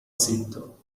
zitto